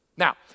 Now